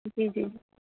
जी जी